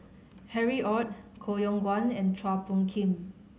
Harry Ord Koh Yong Guan and Chua Phung Kim